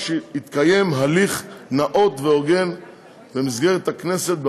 שהתקיים הליך נאות והוגן במסגרת הכנסת,